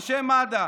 אנשי מד"א,